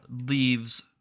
leaves